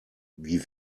wie